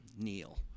Neil